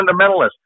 fundamentalist